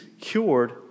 cured